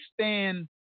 stand